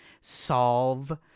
solve